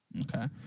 Okay